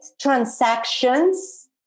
transactions